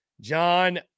John